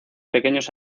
pequeños